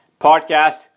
podcast